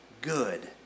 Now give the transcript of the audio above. good